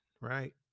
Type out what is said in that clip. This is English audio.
right